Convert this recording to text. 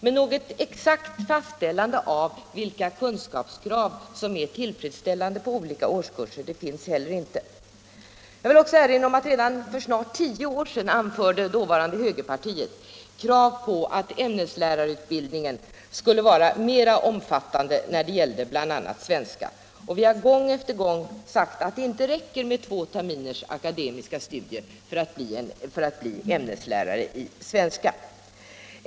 Men något exakt fastställande av vilka kunskapsmått som är tillfredsställande för olika årskurser finns inte. Jag vill också erinra om att redan för snart tio år sedan dåvarande högerpartiet ställde krav på att ämneslärarutbildningen skulle vara mer omfattande, bl.a. när det gällde svenska. Vi har gång efter gång sagt att det inte räcker med två terminers akademiska studier för att bli ämneslärare i svenska.